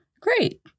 Great